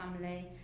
family